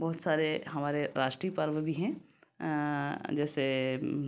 बहुत सारे हमारे राष्ट्रीय पर्व भी हैं जैसे